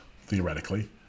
theoretically